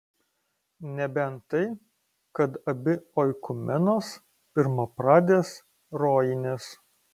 nebent tai kad abi oikumenos pirmapradės rojinės